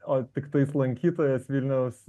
o tiktais lankytojas vilniaus